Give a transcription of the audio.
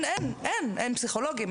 אין פסיכולוגים.